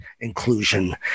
inclusion